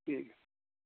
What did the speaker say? جی